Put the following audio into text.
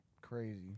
crazy